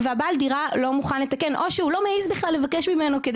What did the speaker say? ובעל הדירה לא מוכן לתקן או שהוא לא מעז בכלל לבקש ממנו על מנת